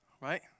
Right